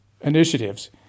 initiatives